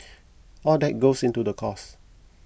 all that goes into the cost